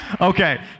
Okay